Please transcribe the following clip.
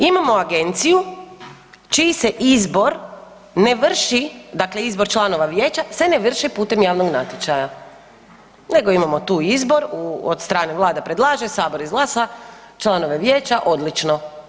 Imamo agenciju čiji se izbor ne vrši, dakle izbor članova vijeća se ne vrši putem javnog natječaja nego imamo tu izbor od strane vlada predlaže, sabor izglasa članove vijeća, odlično.